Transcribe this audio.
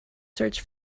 search